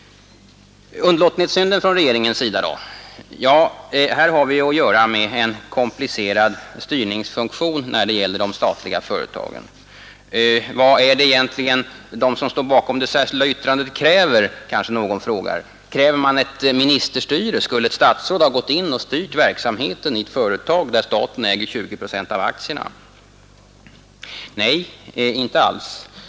Hur är det då med regeringens underlåtenhetssynd? Ja, vi har här att göra med en komplicerad styrningsfunktion för de statliga företagen. Vad kräver egentligen de som står bakom det särskilda yttrandet? kanske någon frågar. Kräver de ett ministerstyre? Skulle ett statsråd ha gått in och styrt verksamheten i ett företag där staten äger 20 procent av aktierna? Nej, inte alls.